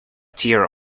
tear